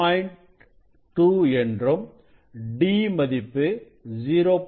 2 என்றும் d மதிப்பு 0